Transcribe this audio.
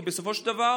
כי בסופו של דבר